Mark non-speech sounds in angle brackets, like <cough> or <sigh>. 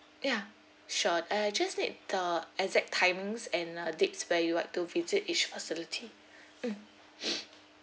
ya sure uh just need the exact timings and date where you would like to visit each facility mm <noise>